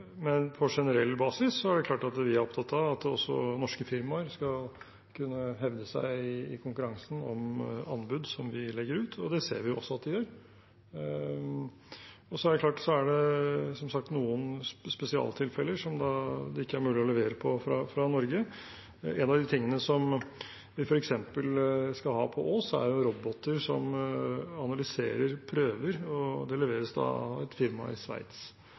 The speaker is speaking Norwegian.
men på generell basis er det klart at vi er opptatt av at også norske firmaer skal kunne hevde seg i konkurransen om anbud som vi legger ut, og det ser vi også at de gjør. Så er det som sagt noen spesialtilfeller som det ikke er mulig å levere på fra Norge. En av de tingene som de f.eks. skal ha på Ås, er roboter som analyserer prøver, og de leveres av et firma i Sveits.